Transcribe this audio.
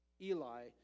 Eli